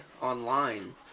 online